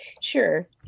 Sure